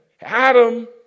Adam